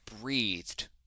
breathed